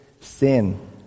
sin